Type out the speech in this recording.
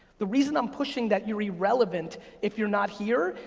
the reason i'm pushing that you're irrelevant if you're not here,